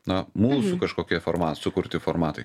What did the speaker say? na mūsų kažkokie forma sukurti formatai